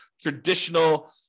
traditional